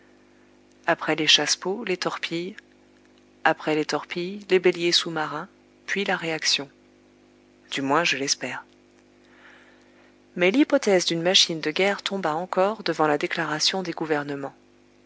après les chassepots les torpilles après les torpilles les béliers sous-marins puis la réaction du moins je l'espère mais l'hypothèse d'une machine de guerre tomba encore devant la déclaration des gouvernements